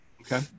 Okay